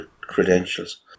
credentials